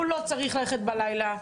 הוא לא צריך ללכת בלילה.